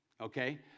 okay